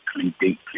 deeply